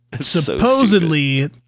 Supposedly